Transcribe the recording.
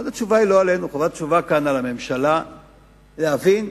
חובת התשובה כאן על הממשלה כדי שנבין,